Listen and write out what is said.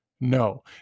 No